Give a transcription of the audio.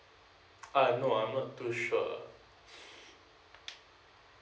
ah no I'm not too sure